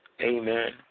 Amen